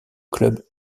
club